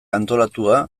antolatua